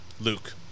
Luke